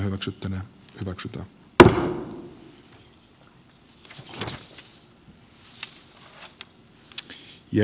kiitos nyt lopetan